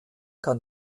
kann